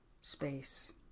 space